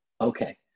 Okay